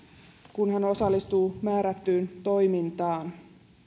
kun hän osallistuu määrättyyn toimintaan